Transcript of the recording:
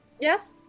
yes